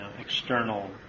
external